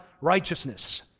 righteousness